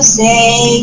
say